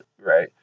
Right